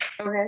okay